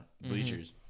bleachers